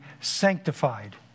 sanctified